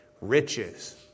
riches